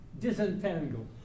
disentangle